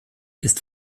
ist